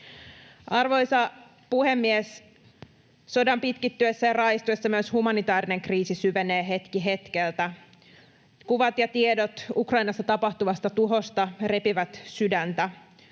Arvoisa puhemies! Sodan pitkittyessä ja raaistuessa myös humanitäärinen kriisi syvenee hetki hetkeltä. Kuvat ja tiedot Ukrainassa tapahtuvasta tuhosta repivät sydäntä.